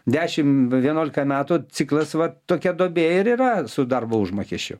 dešim vienuolika metų ciklas vat tokia duobė ir yra su darbo užmokesčiu